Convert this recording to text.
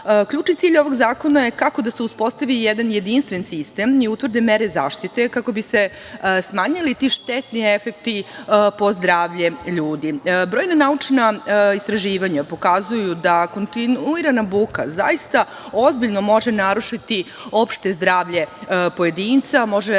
prava. Ključni cilj ovog zakona je kako da se uspostavi jedan jedinstven sistem i utvrde mere zaštite kako bi se smanjili ti štetni efekti po zdravlje ljudi. Brojna naučna istraživanja pokazuju da kontinuirana buka zaista ozbiljno može narušiti opšte zdravlje pojedinca, može